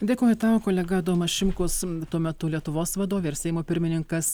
dėkoju tavo kolega adomas šimkus tuo metu lietuvos vadovė ir seimo pirmininkas